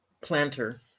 planter